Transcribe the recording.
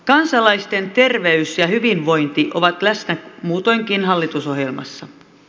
kansalaisten terveys ja hyvinvointi ovat läsnä muutoinkin hallitusohjelmassa